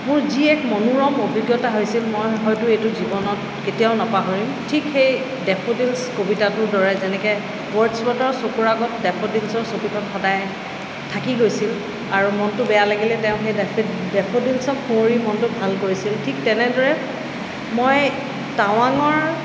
মোৰ যি এক মনোৰম অভিজ্ঞতা হৈছিল মই হয়তো এইতো জীৱনত কেতিয়াও নপাহৰিম ঠিক সেই ডেফুদিল্চ কবিতাতোৰ দৰে যেনেকে ৱৰ্ডচৱথৰ চকুৰ আগত ডেফুদিল্চৰ ছবিখন সদায় থাকি গৈছিল আৰু মনতো বেয়া লাগিলে তেওঁ সেই ডেফে ডেফদিল্চক সোঁৱৰি মনতো ভাল কৰিছিল ঠিক তেনেদৰে মই টাৱাঙৰ